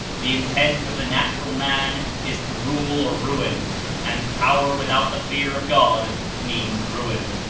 the intent of the natural man is to rule or ruin, and power without the fear of god means ruin.